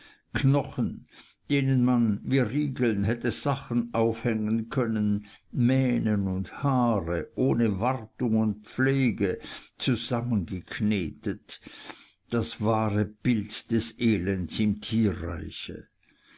knochen denen man wie riegeln hätte sachen aufhängen können mähnen und haare ohne wartung und pflege zusammengeknetet das wahre bild des elends im tierreiche